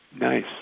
Nice